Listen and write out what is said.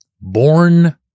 born